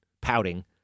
pouting